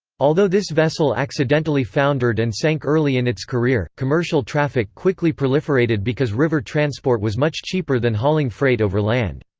although this vessel accidentally foundered and sank early in its career, commercial traffic quickly proliferated because river transport was much cheaper than hauling freight over land.